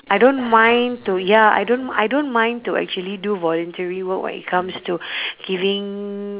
I don't mind to ya I don't I don't mind to actually do voluntary work when it comes to giving